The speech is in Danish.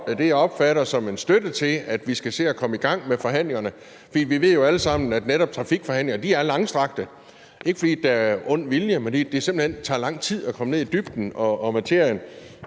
det, jeg opfatter som en støtte til, at vi skal se at komme i gang med forhandlingerne. For vi ved jo alle sammen, at netop trafikforhandlinger er langstrakte. Det er ikke, fordi der er ond vilje, men fordi det simpelt hen tager lang tid at komme ned i dybden og materien,